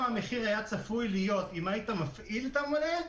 המחיר היה צפוי להיות לו היית מפעיל מונה,